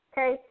Okay